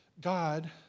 God